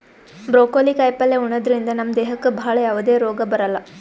broccoli ಕಾಯಿಪಲ್ಯ ಉಣದ್ರಿಂದ ನಮ್ ದೇಹಕ್ಕ್ ಭಾಳ್ ಯಾವದೇ ರೋಗ್ ಬರಲ್ಲಾ